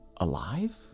alive